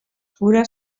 fura